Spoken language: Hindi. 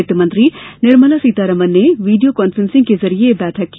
वित्ती मंत्री निर्मला सीतारामन ने वीडियो कांफ्रेंसिंग के जरिए यह बैठक की